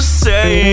say